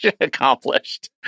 Accomplished